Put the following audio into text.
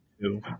two